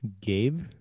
gabe